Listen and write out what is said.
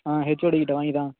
ஆ ஹெச்ஓடிகிட்ட வாங்கி தான்